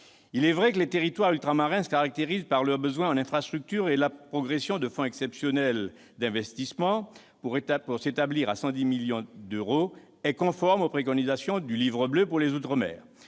Il est vrai que les territoires ultramarins se caractérisent par leurs besoins en infrastructures. La progression du fonds exceptionnel d'investissement, dont les crédits s'établissent à 110 millions d'euros, est conforme aux préconisations du Livre bleu outre-mer.